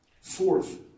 Fourth